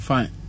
Fine